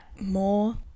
more